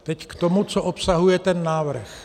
Teď k tomu, co obsahuje ten návrh.